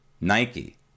Nike